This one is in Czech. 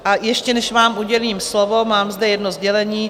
A ještě než vám udělím slovo, mám zde jedno sdělení.